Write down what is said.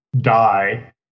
die